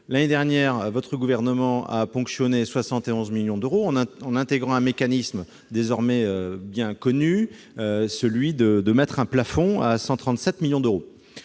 d'État, votre gouvernement a ponctionné 71 millions d'euros, en intégrant un mécanisme désormais bien connu, la fixation d'un plafond à 137 millions d'euros.